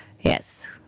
Yes